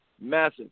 Massive